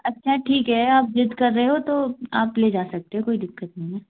अच्छा ठीक है आप ज़िद्द कर रहे हो तो आप ले जा सकते हो कोई दिक्कत नहीं है